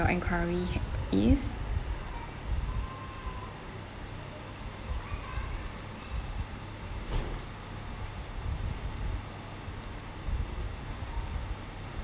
enquiry please